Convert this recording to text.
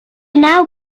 now